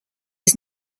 his